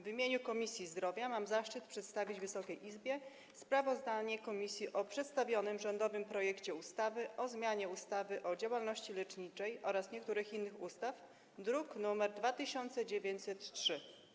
W imieniu Komisji Zdrowia mam zaszczyt przedstawić Wysokiej Izbie sprawozdanie komisji o rządowym projekcie ustawy o zmianie ustawy o działalności leczniczej oraz niektórych innych ustaw, druk nr 2903.